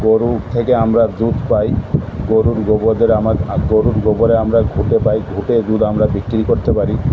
গরুর থেকে আমরা দুধ পাই গরুর গোবরদের আমার খাদ্য গোবরে আমরা ঘুঁটে পাই ঘুঁটেগুলো আমরা বিক্রি করতে পারি